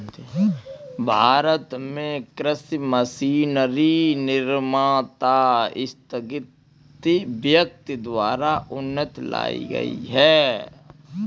भारत में कृषि मशीनरी निर्माता स्थगित व्यक्ति द्वारा उन्नति लाई गई है